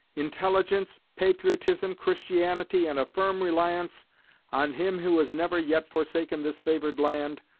intelligence, patriotism, christianity, and a firm reliance on him who has never yet forsaken this favored land,